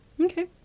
Okay